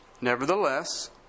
Nevertheless